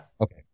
Okay